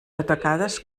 atacades